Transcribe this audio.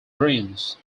bruins